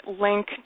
link